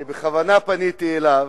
אני בכוונה פניתי אליו.